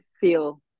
feel